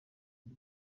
ari